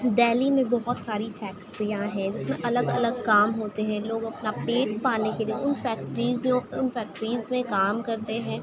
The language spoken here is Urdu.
دہلی میں بہت ساری فیکٹریاں ہیں جس میں الگ الگ کام ہوتے ہیں لوگ اپنا پیٹ پالنے کے لیے ان فیکٹریزیوں ان فیکٹریز میں کام کرتے ہیں